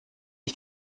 ich